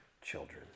children